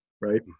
right